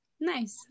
Nice